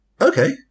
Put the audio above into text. okay